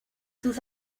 sus